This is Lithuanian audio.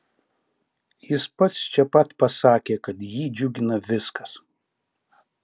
jis pats čia pat pasakė kad jį džiugina viskas